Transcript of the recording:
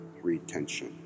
retention